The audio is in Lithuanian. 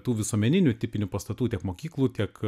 tų visuomeninių tipinių pastatų tiek mokyklų tiek